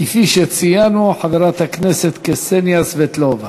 כפי שציינו, חברת הכנסת קסניה סבטלובה.